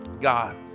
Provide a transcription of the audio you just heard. God